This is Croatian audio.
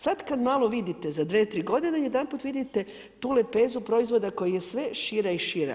Sad kad malo vidite za 2-3 godine, jedanput vidite tu lepezu proizvoda koja je sve šira i šira.